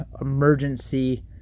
emergency